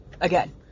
Again